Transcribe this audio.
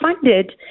funded